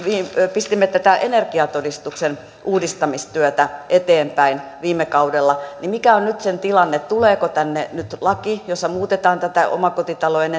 pistimme tätä energiatodistuksen uudistamistyötä eteenpäin viime kaudella niin mikä on nyt sen tilanne tuleeko tänne nyt laki jossa muutetaan tätä omakotitalojen